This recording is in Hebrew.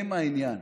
הם העניין.